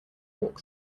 walk